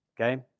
okay